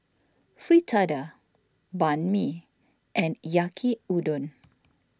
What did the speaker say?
Fritada Banh Mi and Yaki Udon